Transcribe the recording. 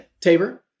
tabor